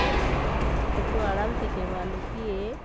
একটু আড়াল থেকে বা লুকিয়ে